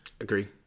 Agree